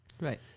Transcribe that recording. Right